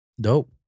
dope